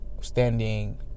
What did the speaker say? standing